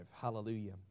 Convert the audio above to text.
hallelujah